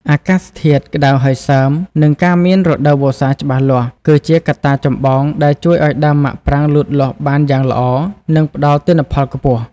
អាកាសធាតុក្តៅសើម និងការមានរដូវវស្សាច្បាស់លាស់ គឺជាកត្តាចម្បងដែលជួយឱ្យដើមមាក់ប្រាងលូតលាស់បានយ៉ាងល្អ និងផ្តល់ទិន្នផលខ្ពស់។